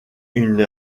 une